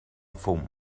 fum